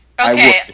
Okay